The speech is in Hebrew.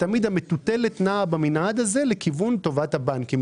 ותמיד המטוטלת נעה במנעד הזה לכיוון טובת הבנקים,